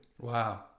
Wow